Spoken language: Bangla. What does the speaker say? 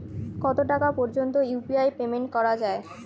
কত টাকা পর্যন্ত ইউ.পি.আই পেমেন্ট করা যায়?